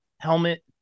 helmet